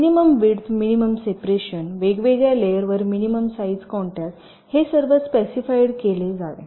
minimum width minimum separation वेगवेगळ्या लेयरवर minimum size contact हे सर्व स्पेसिफाइड केले जावे